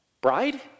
bride